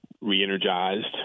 re-energized